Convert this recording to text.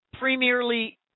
premierly